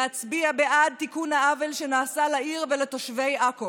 להצביע בעד תיקון העוול שנעשה לעיר עכו ולתושבי עכו